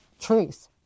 truth